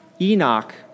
Enoch